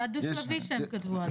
זה הדו שלבי שהם כתבו עליו.